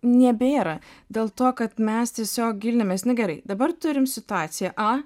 nebėra dėl to kad mes tiesiog gilinamės nu gerai dabar turim situaciją a